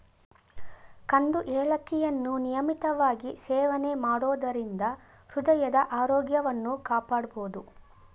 ಕಂದು ಏಲಕ್ಕಿಯನ್ನು ನಿಯಮಿತವಾಗಿ ಸೇವನೆ ಮಾಡೋದರಿಂದ ಹೃದಯದ ಆರೋಗ್ಯವನ್ನು ಕಾಪಾಡ್ಬೋದು